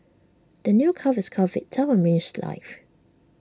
the new calf is calf Vita means life